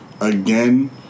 again